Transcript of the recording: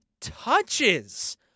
touches